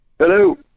Hello